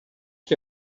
que